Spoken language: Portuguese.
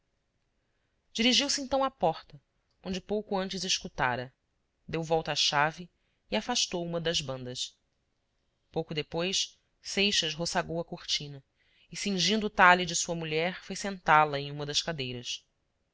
dirigiu-se então à porta onde pouco antes escutara deu volta à chave e afastou uma das bandas pouco depois seixas roçagou a cortina e cingindo o talhe de sua mulher foi sentá la em uma das cadeiras